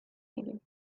period